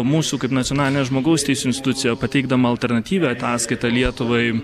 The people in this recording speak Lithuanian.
mūsų kaip nacionalinė žmogaus teisių institucija pateikdama alternatyvią ataskaitą lietuvai